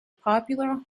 popular